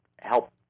help